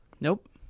Nope